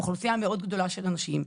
אוכלוסייה מאוד גדולה של אנשים,